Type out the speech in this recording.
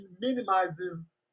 minimizes